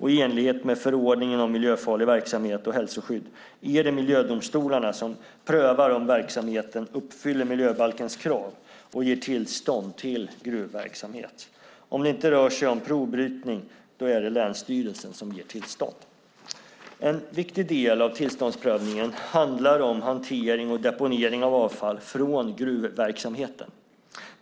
I enlighet med förordningen om miljöfarlig verksamhet och hälsoskydd är det miljödomstolarna som prövar om verksamheten uppfyller miljöbalkens krav och ger tillstånd till gruvverksamhet. Om det inte rör sig om provbrytning är det länsstyrelsen som ger tillstånd. En viktig del av tillståndsprövningen handlar om hantering och deponering av avfall från gruvverksamheten.